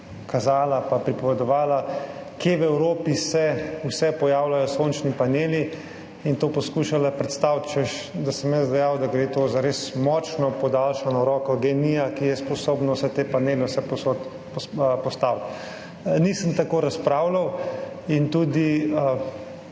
kazala in pripovedovala, kje v Evropi se vse pojavljajo sončni paneli in to poskušala predstaviti, češ da sem jaz dejal, da gre to za res močno podaljšano roko GEN-I, ki je sposobna postaviti vse te panele vsepovsod. Nisem tako razpravljal.